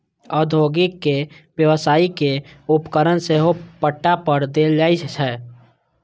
औद्योगिक या व्यावसायिक उपकरण सेहो पट्टा पर देल जाइ छै